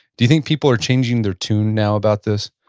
do you think people are changing their tune now about this?